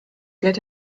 get